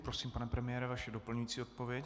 Prosím, pane premiére, vaše doplňující odpověď.